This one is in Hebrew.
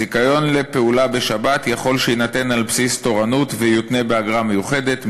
זיכיון לפעולה בשבת יכול שיינתן על בסיס תורנות ויותנה באגרה מיוחדת.